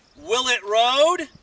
willett road?